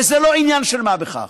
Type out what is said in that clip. וזה לא עניין של מה בכך.